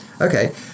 okay